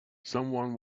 someone